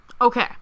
Okay